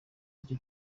aricyo